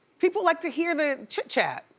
people like to hear the chit chat.